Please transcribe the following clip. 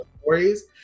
stories